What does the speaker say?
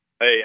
Hey